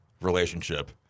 relationship